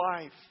life